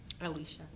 Alicia